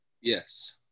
Yes